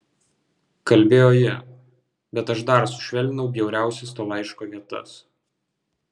kalbėjo ji bet aš dar sušvelninau bjauriausias to laiško vietas